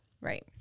Right